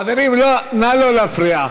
חברים, נא לא להפריע.